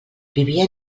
vivia